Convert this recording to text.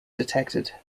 detected